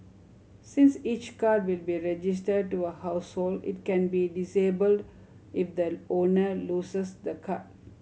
since each card will be registered to a household it can be disabled if the owner loses the card